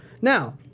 Now